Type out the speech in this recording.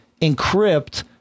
encrypt